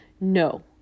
No